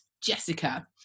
Jessica